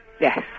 Yes